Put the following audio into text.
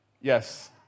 Yes